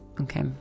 Okay